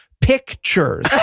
pictures